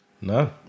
No